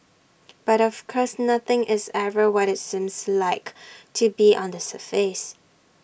but of course nothing is ever what IT seems like to be on the surface